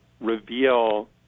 reveal